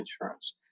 insurance